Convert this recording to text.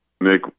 nick